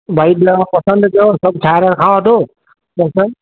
भई ॻह पसंदि कयो सभु ठाराहे रखांव थो त साईं